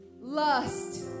lust